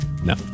No